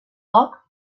poc